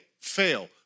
fail